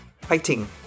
fighting